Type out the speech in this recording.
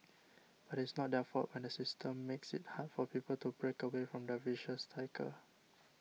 but it's not their fault when the system makes it hard for people to break away from the vicious cycle